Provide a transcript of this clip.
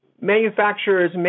manufacturers